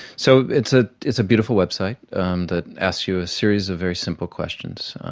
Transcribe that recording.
so it's a it's a beautiful website um that asks you a series of very simple questions.